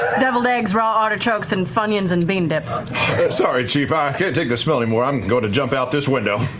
deviled eggs, raw artichokes, and funyuns and bean dip. travis i'm sorry, chief, i can't take this smell anymore, i'm going to jump out this window.